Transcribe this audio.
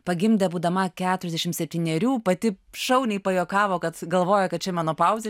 pagimdė būdama keturiasdešim septynerių pati šauniai pajuokavo kad galvoja kad čia menopauzė